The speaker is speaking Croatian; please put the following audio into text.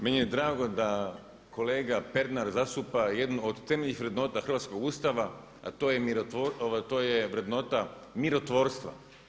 Meni je drago da kolega Pernar zastupa jednu od temeljnih vrednota hrvatskog Ustava a to je vrednota mirotvorstva.